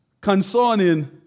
concerning